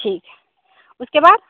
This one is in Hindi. ठीक है उसके बाद